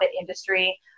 industry